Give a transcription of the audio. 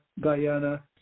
Guyana